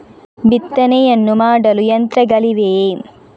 ಬಿತ್ತನೆಯನ್ನು ಮಾಡಲು ಯಂತ್ರಗಳಿವೆಯೇ?